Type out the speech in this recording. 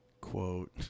quote